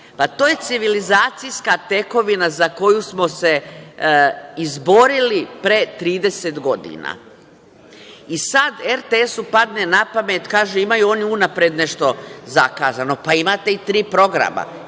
To je civilizacijska tekovina za koju smo se izborili pre 30 godina. Sada RTS padne na pamet, kažu – imaju oni unapred nešto zakazano. Pa imate i tri programa.